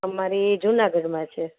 અમારી જૂનાગઢમાં છે